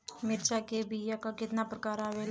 मिर्चा के बीया क कितना प्रकार आवेला?